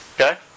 Okay